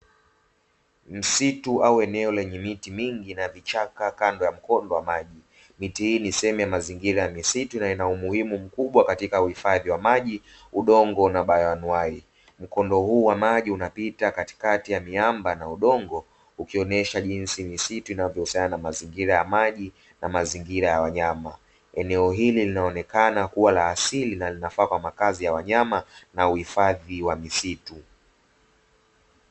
Msitu au eneo lenye miti mingi, na vichaka kando ya mkondo wa maji. Miti hii ni sehemu ya mazingira ya msitu na yana umuhimu mkubwa katika uhifadhi wa maji, udongo na bawanuai. Mkondo huu wa maji unapita katikati ya miamba na udongo, ukionyesha jinsi misitu inavyohusiana na mazingira ya maji na mazingira ya wanyama. Eneo hili linaonekana kuwa la asili na linafaa kwa ajili ya uhifadhi wa wanyama na misitu.